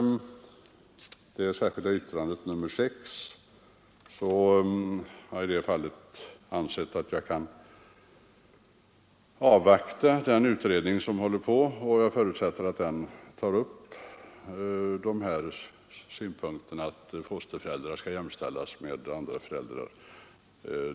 I det särskilda yttrandet nr 6 har jag ansett mig kunna avvakta den utredning som håller på med översyn av föräldraförsäkringen, och jag förutsätter att den tar upp och ingående prövar frågan samt föreslår de ändringar i gällande bestämmelser som innebär att fosterföräldrar skall jämställas med andra föräldrar.